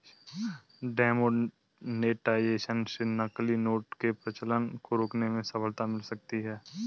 demonetisation से नकली note के प्रचलन को रोकने में सफलता मिल सकती है